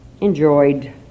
enjoyed